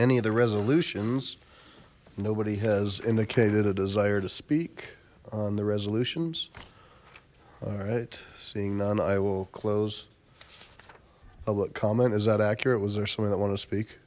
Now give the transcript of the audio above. any of the resolutions nobody has indicated a desire to speak on the resolutions all right seeing none i will close public comment is that accurate was there somewhere that want to speak